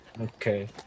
okay